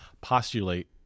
postulate